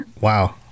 Wow